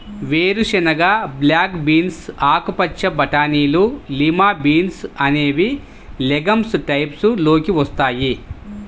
వేరుశెనగ, black beans, ఆకుపచ్చ బటానీలు, లిమా బీన్స్ అనేవి లెగమ్స్ టైప్స్ లోకి వస్తాయి